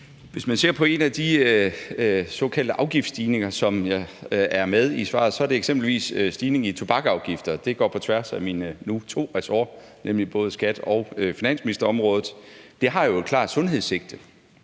Hvis man ser på en af de såkaldte afgiftsstigninger, som er med i svaret, så er det eksempelvis stigningen i tobaksafgifterne, som går på tværs af mine nu to ressorter, nemlig både skatteministerens og finansministerens område. Det har jo et klart sundhedssigte,